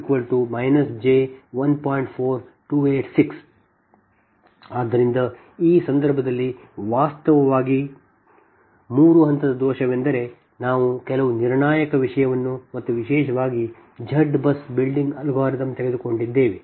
ಆದ್ದರಿಂದ ಈ ಸಂದರ್ಭದಲ್ಲಿ ವಾಸ್ತವವಾಗಿ 3 ಹಂತದ ದೋಷವೆಂದರೆ ನಾವು ಕೆಲವು ನಿರ್ಣಾಯಕ ವಿಷಯವನ್ನು ಮತ್ತು ವಿಶೇಷವಾಗಿ Z BUS ಬಿಲ್ಡಿಂಗ್ ಅಲ್ಗಾರಿದಮ್ ತೆಗೆದುಕೊಂಡಿದ್ದೇವೆ